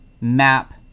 map